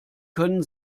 können